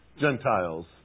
Gentiles